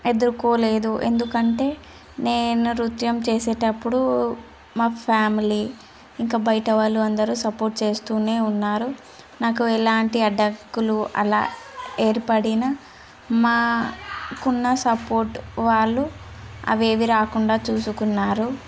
ఎదురుకోలేదు ఎందుకంటే నేను నృత్యం చేసేటప్పుడు మా ఫ్యామిలీ ఇంకా బయట వాళ్ళు అందరు సపోర్ట్ చేస్తూనే ఉన్నారు నాకు ఎలాంటి అడ్డంకులు అలా ఏర్పడిన మాకు ఉన్న సపోర్ట్ వాళ్ళు అవేవి రాకుండా చూసుకున్నారు